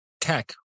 tech